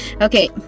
Okay